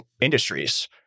industries